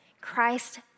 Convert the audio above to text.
Christ